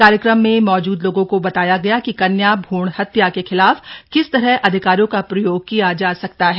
कार्यक्रम में मौजूद लोगों को बताया गया कि कन्या भ्रूण हत्या के खिलाफ किस तरह अधिकारों का प्रयोग किया जा सकता है